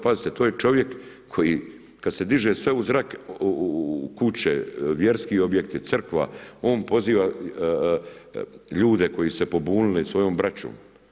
Pazite, to je čovjek koji kad se diže sve u zrak, kuće, vjerski objekti, crkva, on poziva ljude koji su se pobunili svojom braćom.